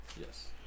Yes